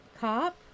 cop